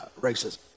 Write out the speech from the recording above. racism